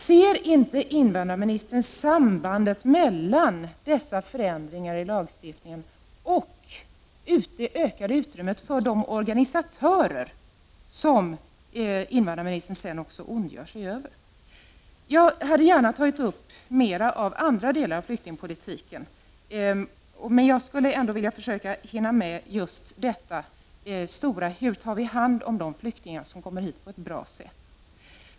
Ser inte invandrarministern sambandet mellan dessa förändringar i lagstiftningen och det ökade utrymmet för de organisatörer som invandrarministern ondgör sig över? Jag hade gärna tagit upp andra delar av flyktingpolitiken, men jag ville ändå hinna med just den stora frågan hur vi på ett bra sätt tar hand om de flyktingar som kommit hit.